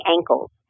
ankles